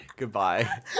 goodbye